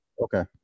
Okay